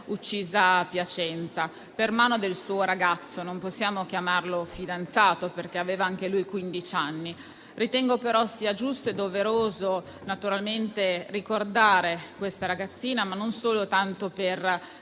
uccisa a Piacenza per mano del suo ragazzo (non possiamo chiamarlo fidanzato, perché aveva anche lui quindici anni). Ritengo però sia giusto e doveroso ricordare questa ragazzina, non soltanto perché